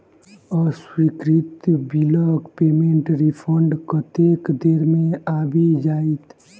अस्वीकृत बिलक पेमेन्टक रिफन्ड कतेक देर मे आबि जाइत?